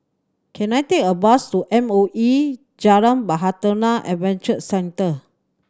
can I take a bus to M O E Jalan Bahtera Adventure Centre